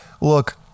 look